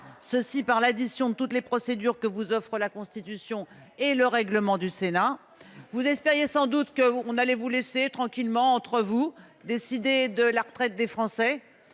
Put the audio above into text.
par l'addition de toutes les procédures que vous offrent la Constitution et le règlement du Sénat. Vous espériez sans doute que nous vous laisserions tranquillement entre vous décider de la retraite des Français.